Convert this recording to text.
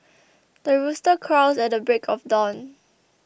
the rooster crows at the break of dawn